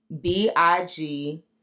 B-I-G